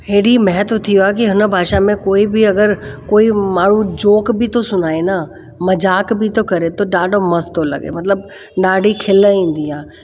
हेॾी महत्व थी वियो आहे कि हुन भाषा में कोई बि अगरि कोई माण्हू जोक बि थो सुनाए न मज़ाक बि थो करे त ॾाढो मस्त थो लॻे मतिलबु ॾाढी खिल ईंदी आहे